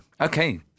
okay